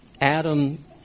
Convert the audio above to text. Adam